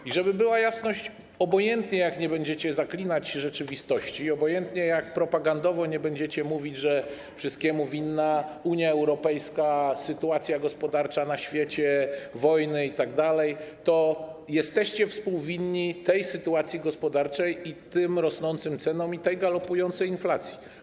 I żeby była jasność: obojętnie jak będziecie zaklinać rzeczywistość i obojętnie jak propagandowo będziecie mówić, że wszystkiemu winna Unia Europejska, sytuacja gospodarcza na świecie, wojny itd., to jesteście współwinni tej sytuacji gospodarczej, tym rosnącym cenom i tej galopującej inflacji.